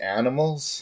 animals